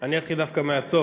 אני אתחיל דווקא מהסוף.